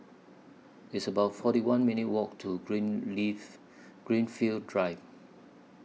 It's about forty one minutes' Walk to Green Leaf Greenfield Drive